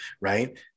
right